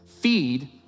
feed